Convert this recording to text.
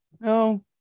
no